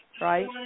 Right